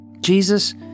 Jesus